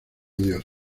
dios